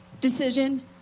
decision